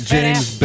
James